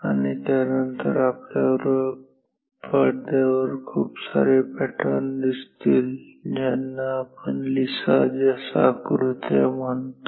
आणि त्यानंतर आपल्याला पडद्यावर खूप सारे पॅटर्न दिसतील ज्यांना आपण लीसाजस आकृत्या म्हणतो